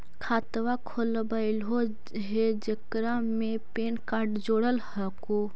खातवा खोलवैलहो हे जेकरा मे पैन कार्ड जोड़ल हको?